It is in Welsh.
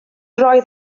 roedd